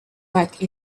back